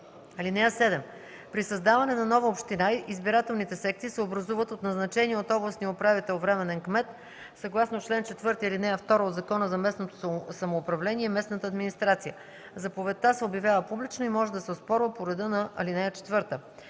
(7) При създаване на нова община избирателните секции се образуват от назначения от областния управител временен кмет съгласно чл. 4, ал. 2 от Закона за местното самоуправление и местната администрация. Заповедта се обявява публично и може да се оспорва по реда на ал. 4.